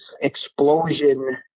explosion